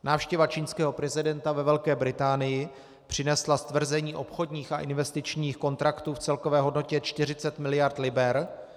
Návštěva čínského prezidenta ve Velké Británii přinesla stvrzení obchodních a investičních kontraktů v celkové hodnotě 40 miliard liber.